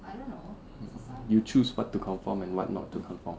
you choose what to conform and what not to conform